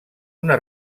una